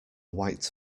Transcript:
white